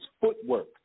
footwork